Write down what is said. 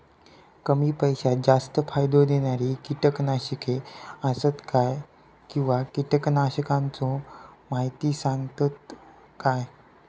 कमी पैशात जास्त फायदो दिणारी किटकनाशके आसत काय किंवा कीटकनाशकाचो माहिती सांगतात काय?